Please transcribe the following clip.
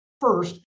First